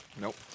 Nope